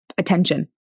attention